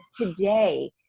today